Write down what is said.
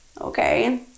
Okay